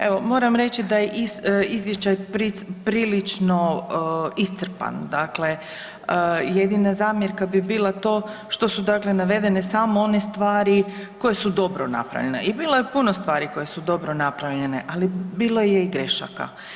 Evo moram reći da je izvještaj prilično iscrpan, dakle jedina zamjerka bi bila to što su dakle navedene samo one stvari koje su dobro napravljene i bilo je puno stvari koje su dobro napravljene, ali bilo je i grešaka.